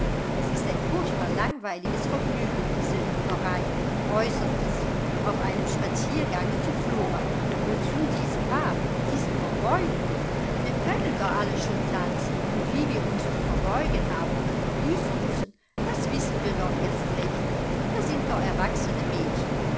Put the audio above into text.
es ist ein furchtbar langweiliges vergnügen diese hüpferei äußerte sie auf einem spaziergange zu flora wozu diese pas diese verbeugungen wir können doch alle schon tanzen und wie wir uns zu verbeugen haben und grüßen müssen das wissen wir doch erst recht wir sind doch erwachsene mädchen